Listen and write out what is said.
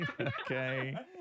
Okay